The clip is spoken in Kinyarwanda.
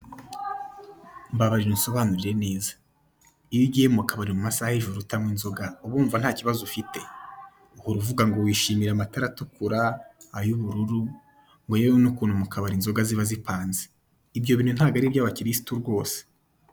Mbabarira unsobanurire neza: Iyo ugiye mu kabari mu masaha y'ijoro utanywa inzoga, uba wumva nta kibazo ufite? Uhora uvuga ngo wishimira amatara atukura, ay'ubururu, yewe ngo n'ukuntu mu kabari inzoga ziba zipanze. Ibyo bintu ntabwo ari iby'abakirisitu rwose.